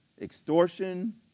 extortion